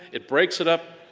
it breaks it up,